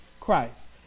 Christ